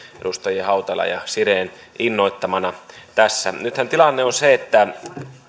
edustajien hautala ja siren innoittamana tässä nythän tilanne on se että